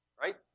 right